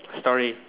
story